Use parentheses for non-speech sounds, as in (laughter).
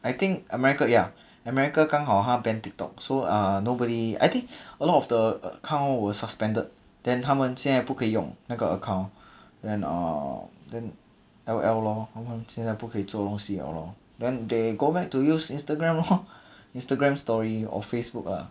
I think america ya america 刚好他 ban TikTok so uh nobody I think a lot of the account were suspended then 他们现在不可以用那个 account then uh then L_L lor 他们现在不可以做东西了 lor along then they go back to use Instagram lor (laughs) Instagram story or Facebook lah